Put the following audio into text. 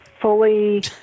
fully